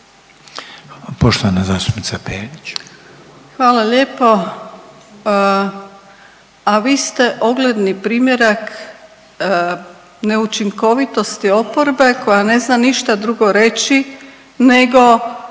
Grozdana (HDZ)** Hvala lijepo. A vi ste ogledni primjerak neučinkovitosti oporbe koja ne zna ništa drugo reći nego